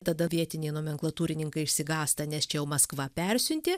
tada vietiniai nomenklatūrininkai išsigąsta nes čia jau maskva persiuntė